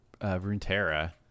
Runeterra